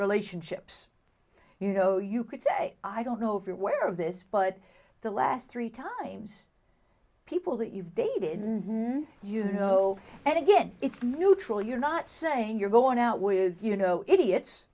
relationships you know you could say i don't know if you were of this but the last three times people that you've dated you know and again it's neutral you're not saying you're going out with you know idiots